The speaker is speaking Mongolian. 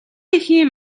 эхийн